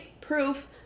proof